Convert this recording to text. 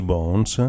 Bones